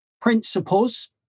principles